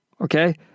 Okay